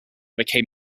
became